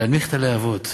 להנמיך את הלהבות,